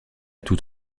tout